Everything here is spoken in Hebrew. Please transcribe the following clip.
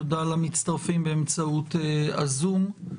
תודה למצטרפים באמצעות הזום.